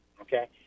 okay